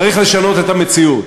צריך לשנות את המציאות.